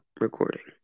recording